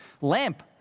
lamp